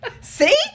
See